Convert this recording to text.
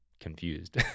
confused